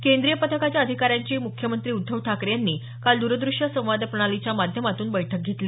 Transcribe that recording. केंद्रीय पथकाच्या अधिकाऱ्यांची मुख्यमंत्री उद्धव ठाकरे यांनी काल दरद्रश्य संवाद प्रणालीच्या माध्यमातून बैठक घेतली